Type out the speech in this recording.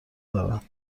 دارند